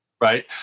right